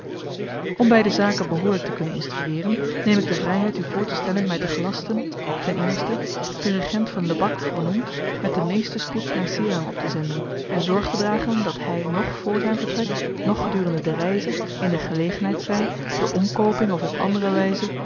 om beide zaken behoorlyk te kunnen instrueeren neem ik de vryheid u voortestellen my te gelasten den regent van lebak voornoemd met den meesten spoed naar serang optezenden en zorgtedragen dat hy noch voor zyn vertrek noch gedurende de reize in de gelegenheid zy door omkooping of op andere wyze